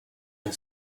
and